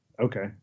Okay